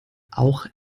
auch